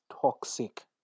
toxic